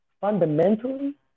fundamentally